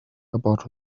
about